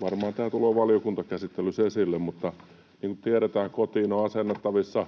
varmaan tämä tulee valiokuntakäsittelyssä esille, mutta niin kuin tiedetään, kotiin on asennettavissa